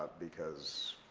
because